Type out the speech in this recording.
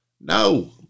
No